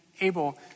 able